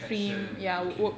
passion okay